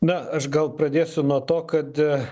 na aš gal pradėsiu nuo to kad